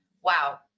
wow